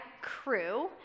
crew